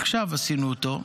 עכשיו עשינו אותו.